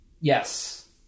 Yes